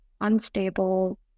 unstable